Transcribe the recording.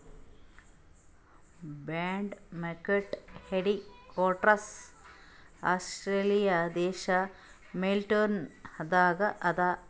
bond market headquarters Australia ದೇಶ್ Melbourne ದಾಗ್ ಅದಾ